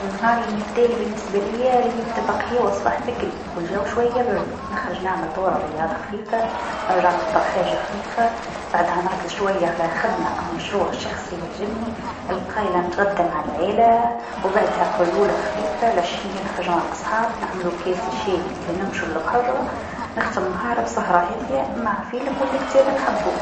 النهار المثالي بالنسبه ليا ليبدأ بقهيوا الصباح بكري و الجو شويا برد نخرج نعمل دورة رياضه خفيفه نرجع نفطر حاجة خفيفه بعدها نرقى شويا على خدمه أو مشروع شخصي يعجبني، القايله نتغدى مع العايله و بعدها قيلوله خفيفه، الحشيه نخرج مع الأصحاب نعملو كاس شاي و لا نمشو البحر، نختم النهار بسهرة هاديه و الكتاب نحبو.